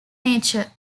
nature